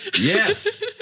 Yes